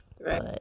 Right